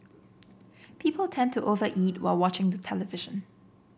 people tend to over eat while watching the television